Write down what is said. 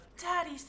daddy